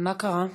מה קרה?